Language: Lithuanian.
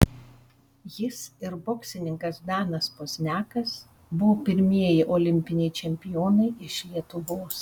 jis ir boksininkas danas pozniakas buvo pirmieji olimpiniai čempionai iš lietuvos